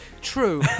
True